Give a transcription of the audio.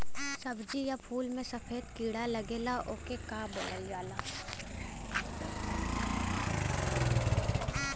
सब्ज़ी या फुल में सफेद कीड़ा लगेला ओके का बोलल जाला?